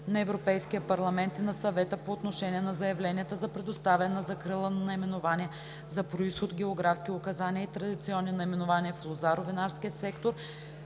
на Европейския парламент и на Съвета по отношение на заявленията за предоставяне на закрила на наименования за произход, географски указания и традиционни наименования в лозаро-винарския сектор,